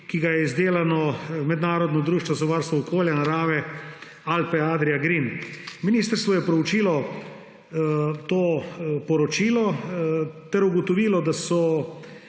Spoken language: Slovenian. ki ga je izdelalo mednarodno društvo za varstvo okolja in narave Alpe Adria Green. Ministrstvo je proučilo to poročilo ter ugotovilo, da